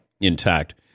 intact